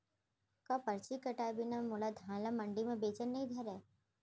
का परची कटाय बिना मोला धान ल मंडी म बेचन नई धरय?